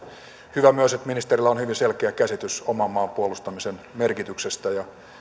hyvä myös että ministerillä on hyvin selkeä käsitys oman maan puolustamisen merkityksestä ja